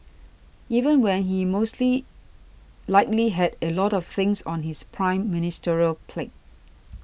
even when he mostly likely had a lot of things on his Prime Ministerial plate